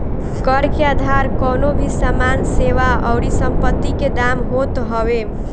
कर के आधार कवनो भी सामान, सेवा अउरी संपत्ति के दाम होत हवे